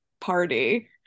party